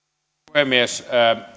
puhemies